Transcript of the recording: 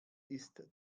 ist